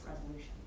resolution